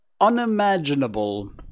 unimaginable